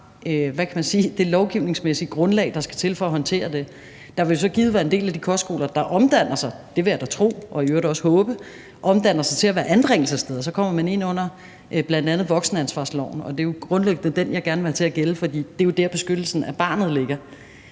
det lovgivningsmæssige grundlag, der skal til for at håndtere det. Der vil jo så givet være en del af de kostskoler, der omdanner sig – det vil jeg da tro og i øvrigt også håbe – til at være anbringelsessteder. Så kommer man ind under bl.a. voksenansvarsloven, og det er jo grundlæggende den, jeg gerne vil have til at gælde, for det er jo der, beskyttelsen af barnet ligger.